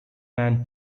man